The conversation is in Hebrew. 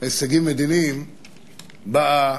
הישגים מדיניים באה